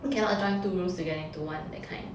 cannot join two rooms together into one that kind